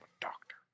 doctor